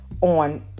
on